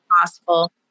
possible